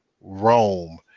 Rome